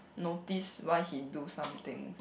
notice why he do something